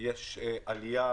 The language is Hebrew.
יש עלייה